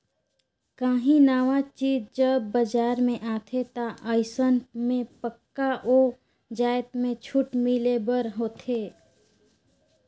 काहीं नावा चीज जब बजार में आथे ता अइसन में पक्का ओ जाएत में छूट मिले बर होथे